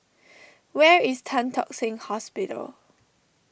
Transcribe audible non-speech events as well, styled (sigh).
(noise) where is Tan Tock Seng Hospital